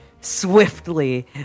swiftly